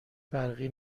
برقی